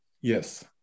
Yes